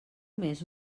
més